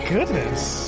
Goodness